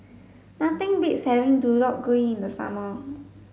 nothing beats having Deodeok gui in the summer